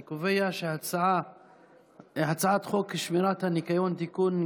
אני קובע שהצעת חוק שמירת הניקיון (תיקון,